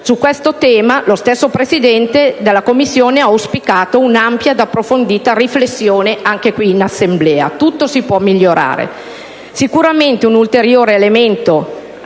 Su questo tema lo stesso Presidente della Commissione ha auspicato un'ampia ed approfondita riflessione in Assemblea. Tutto si può migliorare. Un ulteriore elemento